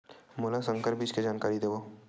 मोला संकर बीज के जानकारी देवो?